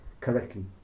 correctly